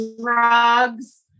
drugs